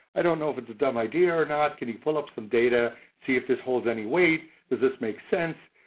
i don't know if it's a dumb idea or not. can you pull up some data, see if this holds any weight? does this make sense?